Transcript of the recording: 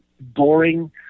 boring